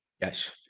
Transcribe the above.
Yes